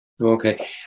Okay